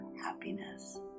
happiness